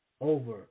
over